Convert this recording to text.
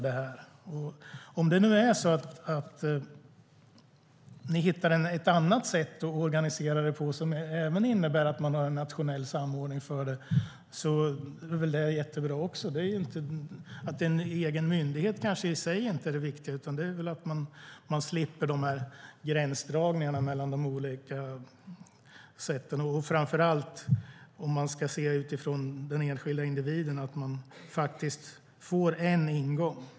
Det är också bra om ni hittar ett annat sätt att organisera detta på som innebär en nationell samordning. En egen myndighet är kanske inte det viktiga i sig, utan det viktiga är att slippa gränsdragningarna mellan olika sätt och framför allt - sett utifrån den enskilda individen - att man får en ingång.